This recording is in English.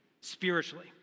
spiritually